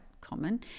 common